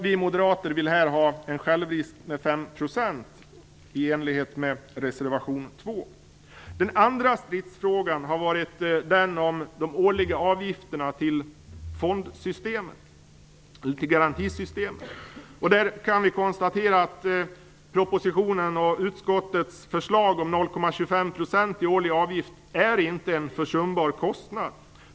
Vi moderater vill här ha en självrisk på 5 % i enlighet med reservation 2. Den andra stridsfrågan har varit den om de årliga avgifterna till fondsystemet, ut till garantisystemet. Där kan vi konstatera att propositionens och utskottets förslag om 0,25 % i årlig avgift inte är en försumbar kostnad.